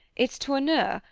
its tournure,